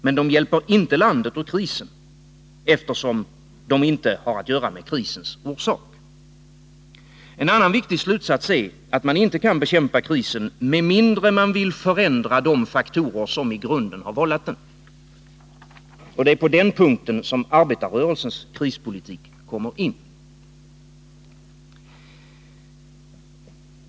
Men de hjälper inte landet ur krisen, eftersom de inte har att göra med krisens orsak. En annan viktig slutsats är att man inte kan bekämpa krisen med mindre man vill förändra de faktorer som i grunden har vållat dem. Det är på den punkten som arbetarrörelsens krispolitik kommer in.